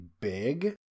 big